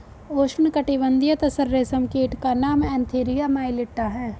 उष्णकटिबंधीय तसर रेशम कीट का नाम एन्थीरिया माइलिट्टा है